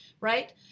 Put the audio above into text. right